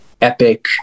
epic